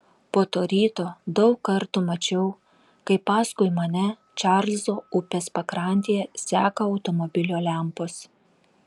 po to ryto daug kartų mačiau kaip paskui mane čarlzo upės pakrantėje seka automobilio lempos